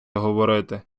говорити